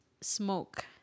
smoke